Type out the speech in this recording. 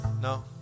no